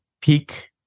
peak